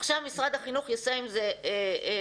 עכשיו משרד החינוך יעשה עם זה כהבנתו.